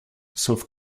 sauf